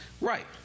Right